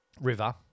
river